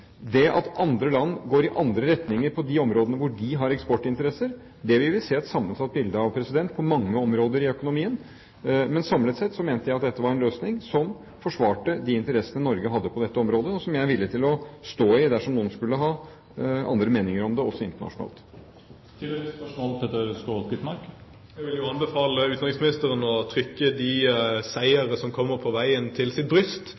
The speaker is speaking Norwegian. Det at andre land går i andre retninger på de områdene hvor de har eksportinteresser, vil vi se et sammensatt bilde av på mange områder i økonomien. Men samlet sett mente jeg at dette var en løsning som forsvarte de interessene Norge hadde på dette området, og som jeg er villig til å stå ved, dersom noen skulle ha andre meninger om det, også internasjonalt. Jeg vil anbefale utenriksministeren å trykke de seierne som kom kommer på veien, til sitt bryst